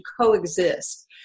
coexist